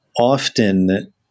often